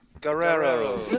Guerrero